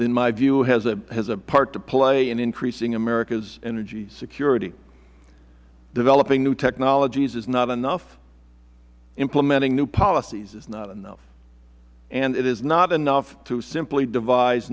in my view has a part to play in increasing america's energy security developing new technologies is not enough implementing new policies is not enough and it is not enough to simply devise